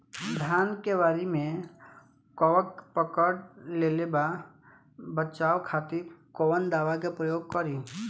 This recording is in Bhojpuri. धान के वाली में कवक पकड़ लेले बा बचाव खातिर कोवन दावा के प्रयोग करी?